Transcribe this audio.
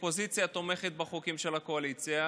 והינה, האופוזיציה תומכת בחוקים של הקואליציה.